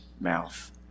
mouth